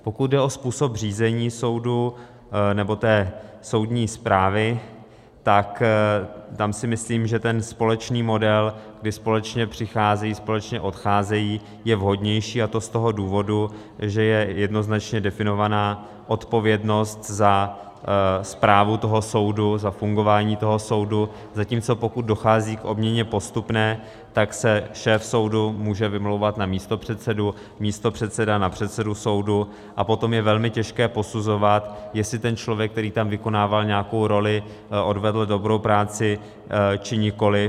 Pokud jde o způsob řízení soudu nebo soudní správy, tam si myslím, že společný model, kdy společně přicházejí a společně odcházejí, je vhodnější, a to z důvodu, že je jednoznačně definovaná odpovědnost za správu soudu, za fungování soudu, zatímco pokud dochází k postupné obměně, tak se šéf soudu může vymlouvat na místopředsedu, místopředseda na předsedu soudu, a potom je velmi těžké posuzovat, jestli ten člověk, který tam vykonával nějakou roli, odvedl dobrou práci, či nikoliv.